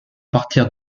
partir